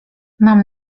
mam